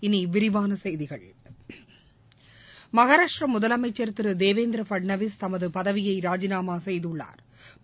இனிவிரிவானசெய்திகள் மகாராஷ்டிராமுதலமைச்சா் திருதேவேந்திரபட்நாவிஸ் தமதுபதவியைராஜினாமாசெய்துள்ளாா்